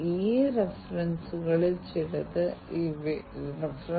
ഈ തടസ്സങ്ങൾ തരണം ചെയ്യേണ്ട വിവിധ വെല്ലുവിളികളാണ്